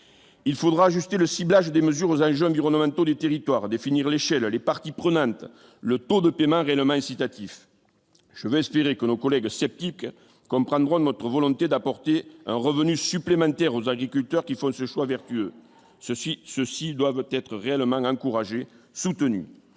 il faudra ajuster le ciblage des mesures aux un jeune du territoire définir l'échelle les parties prenantes, le taux de paiement, Ray Lema incitatif je veux espérer que nos collègues sceptiques comme droit de notre volonté d'apporter un revenu supplémentaire aux agriculteurs qui font ce choix vertueux ceci : ceux-ci doivent être réellement encouragé, soutenu,